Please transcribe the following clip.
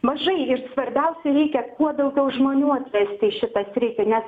mažai ir svarbiausia reikia kuo daugiau žmonių atvesti į šitą sritį nes